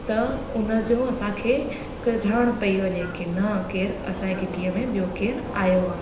त उन जो असांखे ॼाण पई वञे की न केरु असांजे घिटीअ में ॿियो केरु आयो आहे